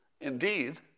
Indeed